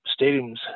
stadiums